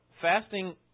fasting